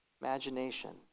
Imagination